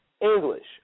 English